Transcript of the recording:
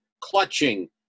clutching